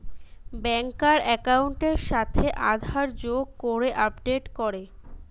ব্যাংকার একাউন্টের সাথে আধার যোগ করে আপডেট করে